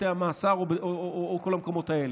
בתי המאסר או כל המקומות האלה.